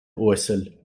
uasail